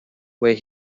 where